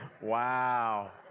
Wow